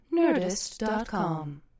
nerdist.com